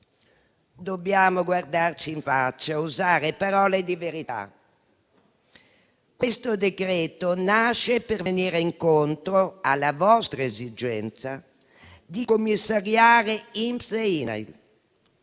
Dobbiamo guardarci in faccia e usare parole di verità: il decreto-legge in esame nasce per venire incontro alla vostra esigenza di commissariare INPS e INAIL.